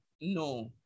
no